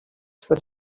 for